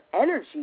energy